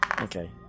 Okay